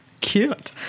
Cute